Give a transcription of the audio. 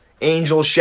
Angel